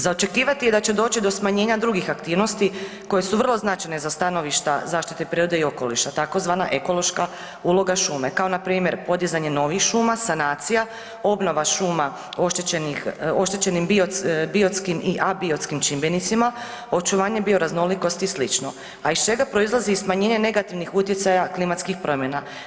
Za očekivati je da će doći do smanjenja drugih aktivnosti koje su vrlo značajne za stanovišta zaštite prirode i okoliša tzv. ekološka uloga šume, kao npr. podizanje novih šuma, sanacija, obnova šuma oštećenim biotskim i abiotskim čimbenicima, očuvanje bioraznolikosti i slično, a iz čega proizlazi i smanjenje negativnih utjecaja klimatskih promjena.